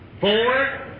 four